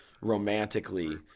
romantically